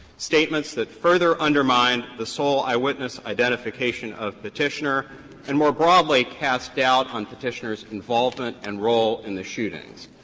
statements that further undermined the sole eyewitness identification of petitioner and, more broadly, cast doubt on petitioner's involvement and role in the shooting.